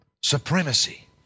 supremacy